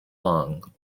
long